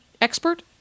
expert